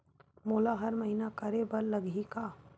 मोला हर महीना करे बर लगही का?